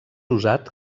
usat